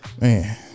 man